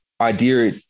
idea